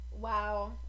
Wow